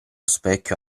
specchio